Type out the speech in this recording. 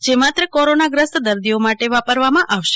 જે માત્ર કોરોનાગ્રસ્ત દર્દીઓ માટે વાપરવામાં આવનાર છે